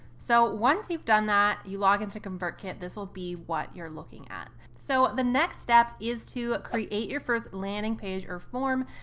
so once you've done that, if you log into convertkit, this will be what you're looking at. so the next step is to create your first landing page or form.